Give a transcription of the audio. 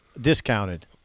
discounted